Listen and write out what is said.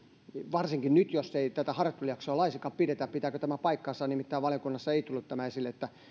varsinkin nyt jos ei tätä harjoittelujaksoa laisinkaan pidetä pitääkö tämä paikkansa nimittäin valiokunnassa ei tullut tämä esille että